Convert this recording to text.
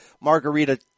Margarita